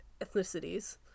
ethnicities